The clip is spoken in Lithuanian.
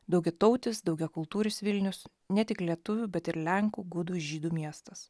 daugiatautis daugiakultūris vilnius ne tik lietuvių bet ir lenkų gudų žydų miestas